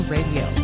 Radio